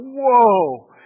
whoa